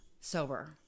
sober